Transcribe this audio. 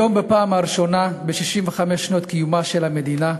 היום, בפעם הראשונה ב-65 שנות קיומה של המדינה,